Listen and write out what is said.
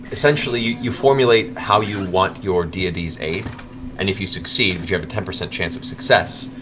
essentially, you you formulate how you want your deity's aid. and if you succeed you have a ten percent chance of success